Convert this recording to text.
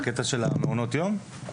על מעונות היום?